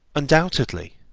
undoubtedly,